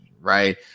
right